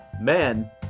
Men